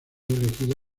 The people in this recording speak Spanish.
elegido